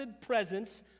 presence